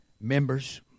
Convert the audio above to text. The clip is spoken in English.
members